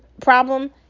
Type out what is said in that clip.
problem